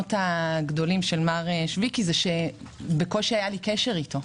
היתרונות הגדולים של מר שויקי הוא שבקושי היה לי קשר איתו,